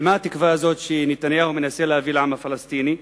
ומה התקווה הזאת שנתניהו מנסה להביא לעם הפלסטיני?